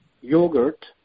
yogurt